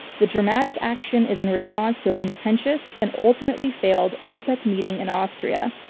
the dramatic action is in response to a contentious, and ultimately failed, opec meeting in austria